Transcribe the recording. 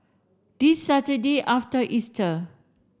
this Saturday after Easter